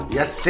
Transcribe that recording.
Yes